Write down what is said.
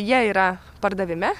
jie yra pardavime